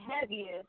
heaviest